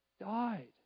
died